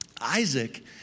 Isaac